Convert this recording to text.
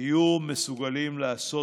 יהיו מסוגלים לעשות